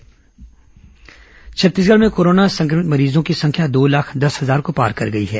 corona समाचार जागरूकता छत्तीसगढ़ में कोरोना संक्रमित मरीजों की संख्या दो लाख दस हजार को पार कर गई है